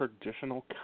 traditional